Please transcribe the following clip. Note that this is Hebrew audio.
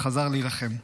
וחזר להילחם.